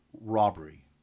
robbery